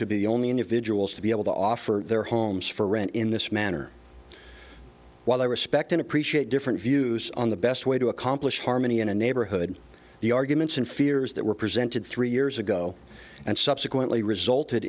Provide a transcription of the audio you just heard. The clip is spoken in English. to be only individuals to be able to offer their homes for rent in this manner while i respect and appreciate different views on the best way to accomplish harmony in a neighborhood the arguments and fears that were presented three years ago and subsequently resulted